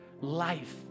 life